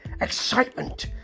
excitement